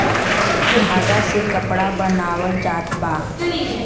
धागा से कपड़ा बनावल जात बा